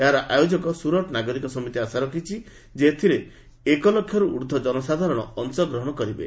ଏହାର ଆୟୋଜକ ସୁରଟ ନାଗରିକ ସମିତି ଆଶା ରଖିଛି ଯେ ଏଥିରେ ଏକ ଲକ୍ଷର୍ ଉର୍ଦ୍ଧ୍ୱ ଜନସାଧାରଣ ଅଂଶଗ୍ରହଣ କରିବେ